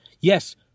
Yes